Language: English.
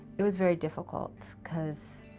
it was very difficult cause